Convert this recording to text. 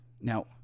Now